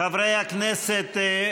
חברי הכנסת,